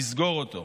לסגור אותו.